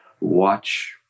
watch